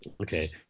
Okay